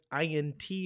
INT